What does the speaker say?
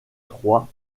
troie